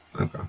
Okay